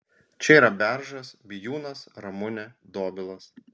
čia yra beržas bijūnas ramunė dobilas